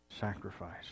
sacrifice